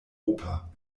oper